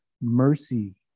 mercy